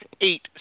eight